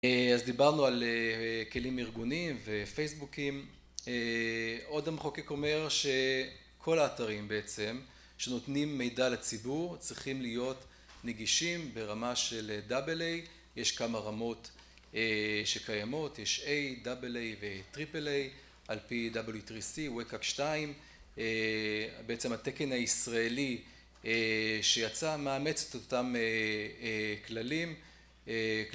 אז דיברנו על כלים ארגוניים ופייסבוקים, עוד המחוקק אומר שכל האתרים בעצם, שנותנים מידע לציבור, צריכים להיות נגישים ברמה של דאבל-איי יש כמה רמות שקיימות, יש A, דאבל איי וטריפל איי על פי W3C ואקאק שתיים בעצם התקן הישראלי שיצא מאמץ את אותם כללים